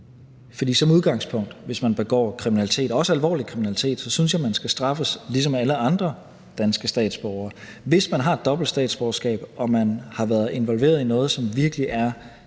For som udgangspunkt, hvis man begår kriminalitet, også alvorlig kriminalitet, så synes jeg, at man skal straffes ligesom alle andre danske statsborgere. Hvis man har et dobbelt statsborgerskab og har været involveret i noget, som virkelig er